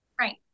Right